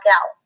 out